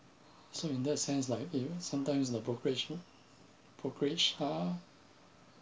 so in that sense like ya sometimes the brokerage here brokerage are